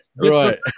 Right